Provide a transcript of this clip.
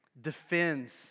defends